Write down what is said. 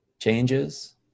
changes